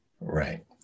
Right